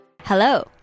Hello